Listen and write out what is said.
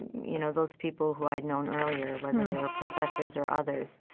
you know, those people who i'd known earlier, whether they were professors or others.